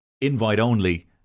invite-only